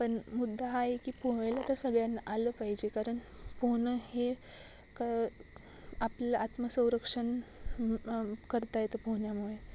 पन मुद्दा हाए की पोहेलं तर सगळ्यांना आलं पाहिजे कारन पोहनं हे क आपलं आत्मसुरक्षन करता येतं पोहण्यामुळे